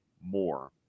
more